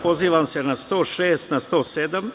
Pozivam se na čl. 106. i 107.